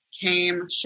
Came